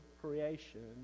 creation